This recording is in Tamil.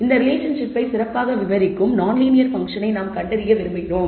இந்த ரிலேஷன்ஷிப்பை சிறப்பாக விவரிக்கும் நான் லீனியர் பங்க்ஷனை நாம் கண்டறிய விரும்புகிறோம்